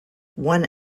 one